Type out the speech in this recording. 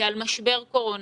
כעל משבר קורונה,